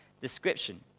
description